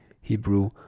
Hebrew